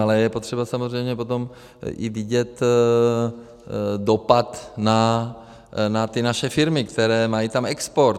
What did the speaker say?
Ale je potřeba samozřejmě potom i vidět dopad na ty naše firmy, které mají tam export.